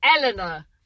Eleanor